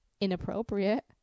inappropriate